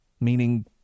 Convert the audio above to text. Meaning